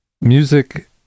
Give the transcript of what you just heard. music